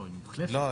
לא,